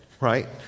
Right